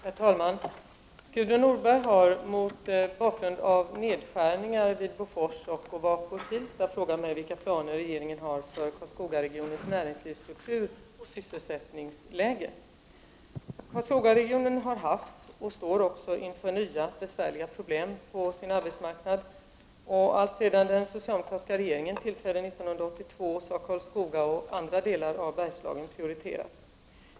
Herr talman! Gudrun Norberg har — mot bakgrund av nedskärningar vid Bofors och Ovako Kilsta — frågat mig vilka planer regeringen har för Karlskogaregionens näringslivsstruktur och sysselsättningsläge. Karlskogaregionen har haft besvärliga problem och står också inför nya besvärliga problem på sin arbetsmarknad. Alltsedan den socialdemokratiska regeringen tillträdde 1982 har Karlskoga och andra delar av Bergslagen prioriterats.